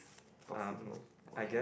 possible okay